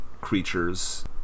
creatures